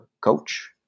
coach